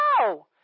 No